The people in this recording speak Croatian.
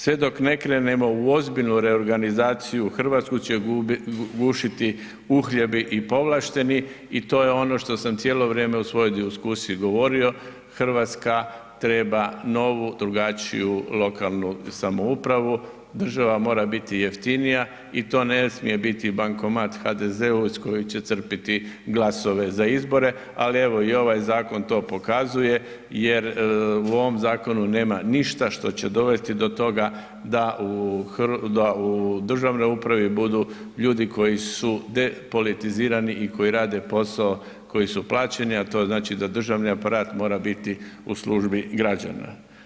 Sve dok ne krenemo u ozbiljnu reorganizaciju Hrvatsku će gušiti uhljebi i povlašteni i to je ono što sam cijelo vrijeme u svojoj diskusiji govorio, Hrvatska treba novu drugačiju lokalnu samoupravu, država mora biti jeftinija i to ne smije biti bankomat HDZ-u iz kojeg će crpiti glasove za izbore, ali evo i ovaj zakon to pokazuje jer u ovom zakonu nema ništa što će dovesti do toga da u državnoj upravi budu ljudi koji su depolitizirani koji rade posao koji su plaćeni, a to znači da državni aparat mora biti u službi građana.